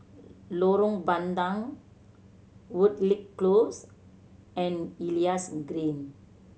Lorong Bandang Woodleigh Close and Elias Green